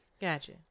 Gotcha